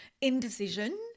indecision